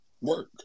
work